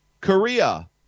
Korea